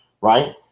right